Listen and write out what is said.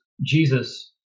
Jesus